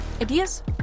Ideas